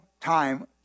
time